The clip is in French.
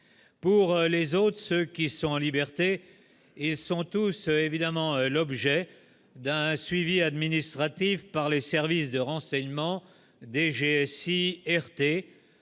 les les autres, ceux qui sont en liberté, ils sont tous évidemment l'objet d'un suivi administratif par les services de renseignement DGSI RT